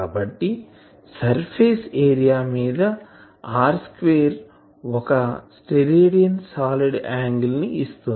కాబట్టి surface area మీద r square ఒక స్టెరేడియన్ సాలిడ్ యాంగిల్ ని ఇస్తుంది